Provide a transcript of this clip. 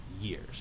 years